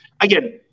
Again